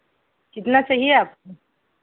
कितना चाहिए आपको